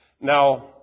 Now